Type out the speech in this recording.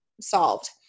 solved